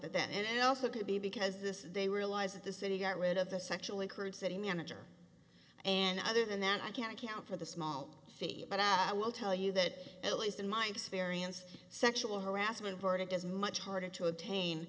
that that and also could be because this they realize that the city got rid of the sexual encouraged city manager and other than that i can't account for the small fee but i will tell you that at least in my experience sexual harassment verdict is much harder to obtain